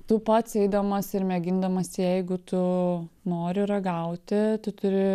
tu pats eidamas ir mėgindamas jeigu tu nori ragauti tu turi